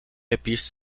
appears